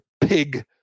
pig